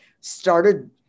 started